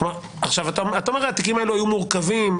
אתה אומר שהתיקים האלו היו מורכבים,